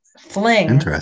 Fling